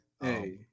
hey